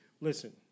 Listen